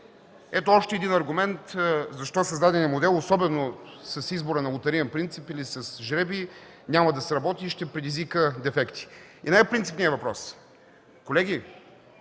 Ето още един аргумент защо даденият модел, особено с избора на лотариен принцип или с жребий няма да сработи и ще предизвика дефекти. Най-принципният въпрос: колеги,